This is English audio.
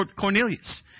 Cornelius